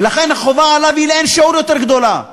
ולכן החובה עליו היא לאין שיעור יותר גדולה.